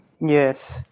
Yes